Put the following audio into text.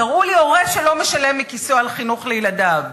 תראו לי הורה שלא משלם מכיסו על חינוך ילדיו.